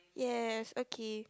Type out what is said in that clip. yes okay